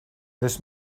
this